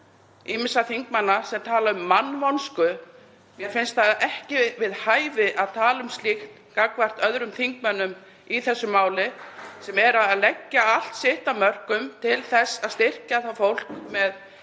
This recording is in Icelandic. ýmissa þingmanna sem tala um mannvonsku. Mér finnst ekki við hæfi að tala um slíkt gagnvart öðrum þingmönnum í þessu máli sem eru að leggja allt sitt af mörkum til þess að styrkja fólk með